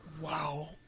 Wow